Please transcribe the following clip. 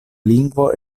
lingvo